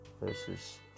versus